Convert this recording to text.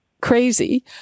crazy